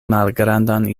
malgrandan